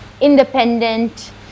independent